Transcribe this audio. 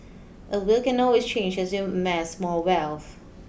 a will can always change as you amass more wealth